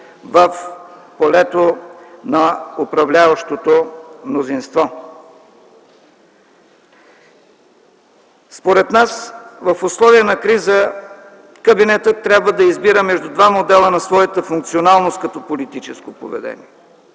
в полето на управляващото мнозинство. Според нас в условия на криза кабинетът трябва да избира между два модела на своята функционалност като политическо поведение